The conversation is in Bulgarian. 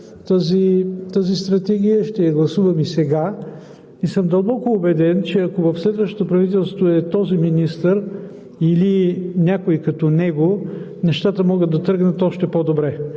тази стратегия. Ще я гласувам и сега. Дълбоко съм убеден, че ако в следващото правителство е този министър или някой като него нещата могат да тръгнат още по-добре.